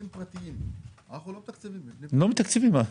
המוכר שאינו רשמי במגזר הערבי הוא מבנים פרטיים שאנחנו לא מתקצבים.